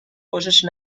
خوشش